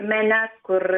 menes kur